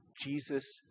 Jesus